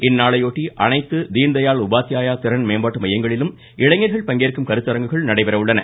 இந்நாளையொட்டி அனைத்து தீன்தயாள் உபாத்தியாயா திறன் மேம்பாட்டு மையங்களிலும் இளைஞர்கள் பங்கேற்கும் கருத்தரங்குகள் நடைபெற உள்ளன